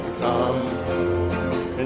come